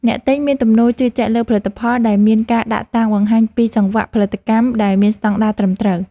អ្នកទិញមានទំនោរជឿជាក់លើផលិតផលដែលមានការដាក់តាំងបង្ហាញពីសង្វាក់ផលិតកម្មដែលមានស្តង់ដារត្រឹមត្រូវ។